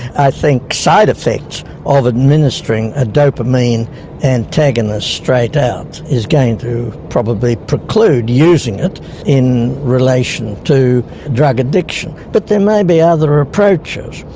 i think side-effects of administering a dopamine antagonist straight out is going to probably preclude using it in relation to drug addiction, but there may be other approaches.